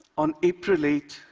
on april eighth,